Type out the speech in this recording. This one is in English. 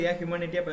humanity